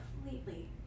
completely